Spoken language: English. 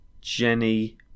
Jenny